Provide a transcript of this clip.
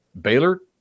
Baylor